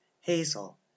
hazel